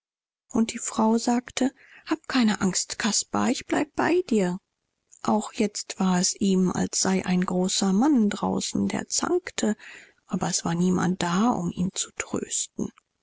und die frau sagte hab keine angst caspar ich bleib bei dir auch jetzt war es ihm als sei ein großer mann draußen der zankte aber es war niemand da um ihn zu trösten